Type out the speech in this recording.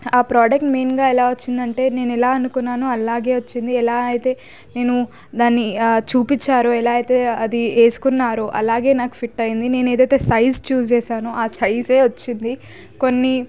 ఆ ప్రోడక్ట్ మైన్గా ఎలా వచ్చింది అంటే నేను ఎలా అనుకున్నాను అలాగే వచ్చింది ఎలా అయితే వాళ్ళు దాన్ని చూపించారు ఎలా అయితే అది వేసుకున్నారు అలాగే నాకు ఫిట్ అయింది నేను ఏదైనా సైజ్ చూస్ చేశాను అది సైజ్ వచ్చింది కొన్ని